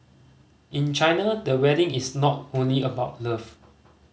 in China the wedding is not only about love